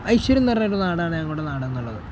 ഐശ്വര്യം നിറഞ്ഞൊരു നാടാണ് ഞങ്ങളുടെ നാട് എന്നുള്ളത്